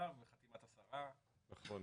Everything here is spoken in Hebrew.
--- אז אני